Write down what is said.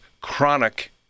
chronic